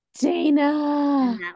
Dana